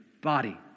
body